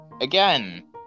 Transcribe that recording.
Again